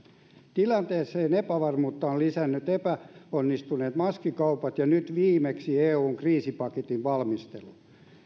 tilanteen epävarmuutta ovat lisänneet epäonnistuneet maskikaupat ja nyt viimeksi eun kriisipaketin valmistelu